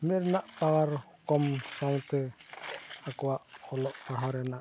ᱢᱮᱫ ᱨᱮᱱᱟᱜ ᱯᱟᱣᱟᱨ ᱠᱚᱢ ᱥᱟᱶᱛᱮ ᱟᱠᱚᱣᱟᱜ ᱚᱞᱚᱜ ᱯᱟᱲᱦᱟᱣ ᱨᱮᱱᱟᱜ